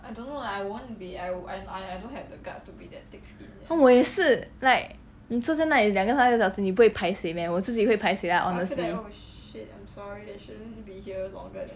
oh 我也是 like 你坐在那里那两个三个小时你不会 paiseh meh 我自己会 paiseh lah honestly